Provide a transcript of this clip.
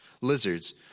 Lizards